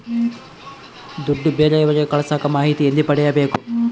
ದುಡ್ಡು ಬೇರೆಯವರಿಗೆ ಕಳಸಾಕ ಮಾಹಿತಿ ಎಲ್ಲಿ ಪಡೆಯಬೇಕು?